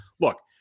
Look